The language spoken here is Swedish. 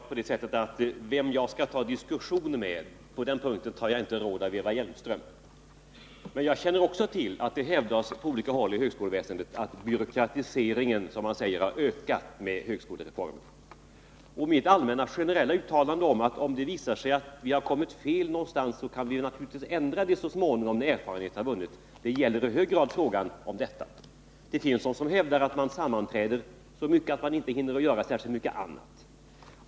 Herr talman! Det är naturligtvis självklart att när det gäller vilka jag skall diskutera med, så tar jag inte råd av Eva Hjelmström. Men jag känner också till att det på olika håll inom högskoleväsendet hävdas att byråkratin har ökat med högskolereformen. Mitt allmänna generella uttalande att om det visar sig att vi har kommit fel någonstans kan vi naturligtvis ändra det så småningom när erfarenhet har vunnits gäller i hög grad denna fråga. Det finns de som hävdar att man sammanträder så mycket att man inte hinner göra särskilt mycket annat.